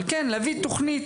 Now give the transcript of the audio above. אבל כן, להביא תוכנית.